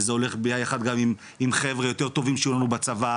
וזה הולך ביחד גם עם חבר'ה יותר טובים שיהיו לנו בצבא,